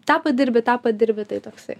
tą padirbi tą padirbi tai toksai